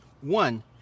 One